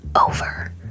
over